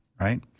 right